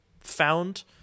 found